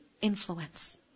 influence